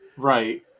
Right